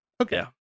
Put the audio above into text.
Okay